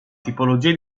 tipologie